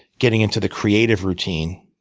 getting into the creative routine.